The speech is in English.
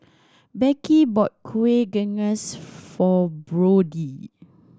Becky bought kuih for Brody